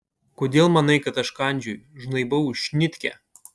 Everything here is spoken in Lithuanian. kodėl manai kad aš kandžioju žnaibau šnitkę